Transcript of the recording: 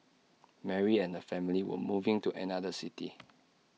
Mary and her family were moving to another city